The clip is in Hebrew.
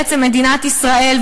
בעצם בלי שמדינת ישראל,